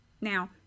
now